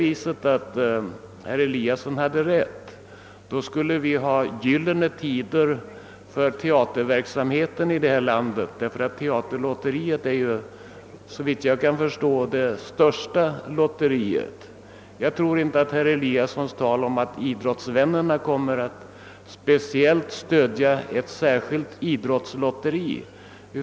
Om herr Eliasson hade rätt, skulle vi ha gyllene tider för teaterverksamheten i vårt land, eftersom teaterlotteriet såvitt jag vet är det största lotteriet. Jag tror inte på herr Eliassons tal om att idrottsvän nerna kommer att speciellt stödja ett särskilt idrottslotteri.